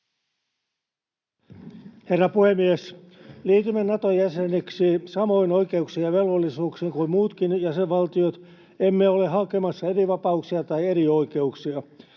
Herra puhemies! Liitymme Naton jäseniksi samoin oikeuksin ja velvollisuuksin kuin muutkin jäsenvaltiot. Emme ole hakemassa erivapauksia tai erioikeuksia,